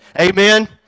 Amen